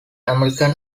american